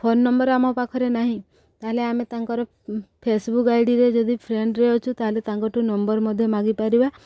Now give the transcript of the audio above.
phone number ଆମ ପାଖରେ ନାହିଁ ତାହେଲେ ଆମେ ତାଙ୍କର ଫେସବୁକ୍ ଆଇଡ଼ିରେ ଯଦି ଫ୍ରେଣ୍ଡରେ ଅଛୁ ତାହେଲେ ତାଙ୍କଠୁ ନମ୍ବର ମଧ୍ୟ ମାଗିପାରିବା